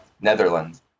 Netherlands